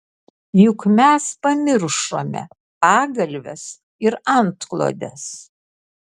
juk mes pamiršome pagalves ir antklodes